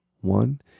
one